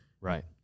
right